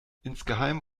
insgeheim